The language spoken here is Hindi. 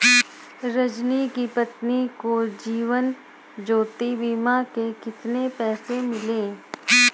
रंजित की पत्नी को जीवन ज्योति बीमा के कितने पैसे मिले?